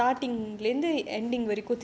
uh